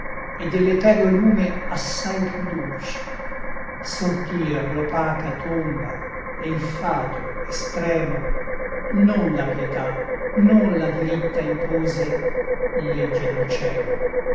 e dell'etereo lume assai più dolci sortir l'opaca tomba e il fato estremo non la pietà non la diritta impose legge del cielo